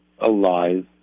alive